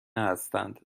هستند